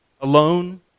alone